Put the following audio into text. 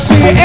See